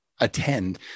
attend